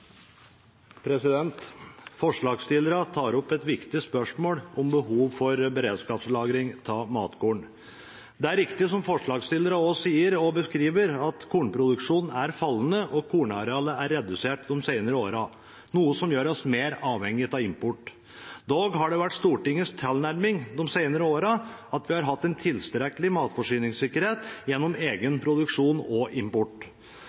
forslagsstillerne sier og beskriver, at kornproduksjonen er fallende, og at kornarealet er blitt redusert de seinere åra, noe som gjør oss mer avhengig av import. Dog har Stortingets tilnærming de seinere åra vært at vi har hatt en tilstrekkelig matforsyningssikkerhet gjennom egen produksjon og import.